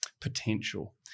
potential